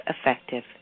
effective